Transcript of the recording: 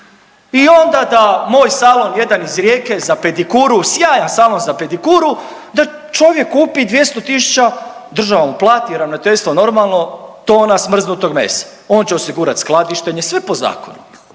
i onda da moj salon jedan iz Rijeke za pedikuru, sjajan salon za pedikuru da čovjek kupi 200.000, država mu plati i ravnateljstvo normalno tona smrznutog mesa, on će osigurati skladištenje, sve po zakonu,